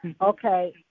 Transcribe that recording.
okay